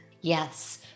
Yes